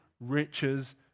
riches